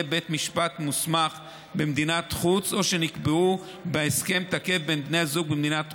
בית משפט מוסמך במדינת חוץ או שנקבעו בהסכם תקף בין בני הזוג ממדינת חוץ.